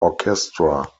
orchestra